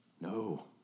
No